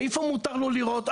איפה מותר לו לירות,